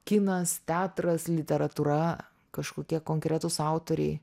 kinas teatras literatūra kažkokie konkretūs autoriai